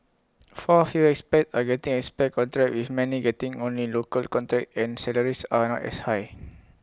far fewer expats are getting expat contracts with many getting only local contacts and salaries are not as high